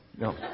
no